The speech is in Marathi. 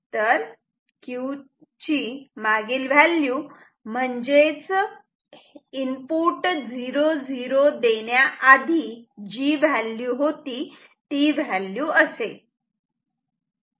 तर Q ची मागील व्हॅल्यू म्हणजेच इनपुट 0 0 देण्याआधी जी व्हॅल्यू होती ती व्हॅल्यू असेल